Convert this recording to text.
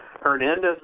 Hernandez